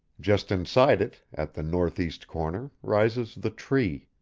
just inside it, at the north-east corner, rises the tree.